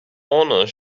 honor